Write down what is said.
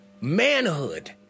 manhood